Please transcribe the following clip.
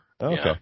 Okay